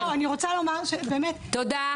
לא, אני רוצה לומר באמת --- תודה.